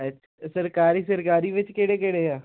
ਸਰਕਾਰੀ ਸਰਕਾਰੀ ਵਿੱਚ ਕਿਹੜੇ ਕਿਹੜੇ ਆ